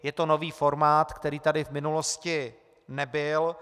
Je to nový formát, který tady v minulosti nebyl.